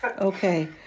Okay